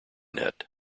net